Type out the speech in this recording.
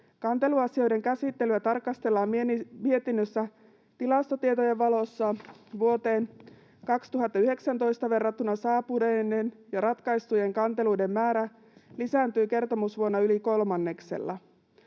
Kanteluasioiden käsittelyä tarkastellaan mietinnössä tilastotietojen valossa: vuoteen 2019 verrattuna saapuneiden ja ratkaistujen kanteluiden määrä lisääntyi kertomusvuonna yli kolmanneksella.